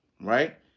right